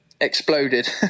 exploded